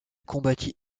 combattit